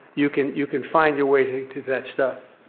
you can you can find your way to to that stuff.